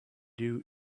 due